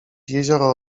jezioro